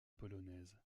polonaise